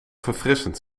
verfrissend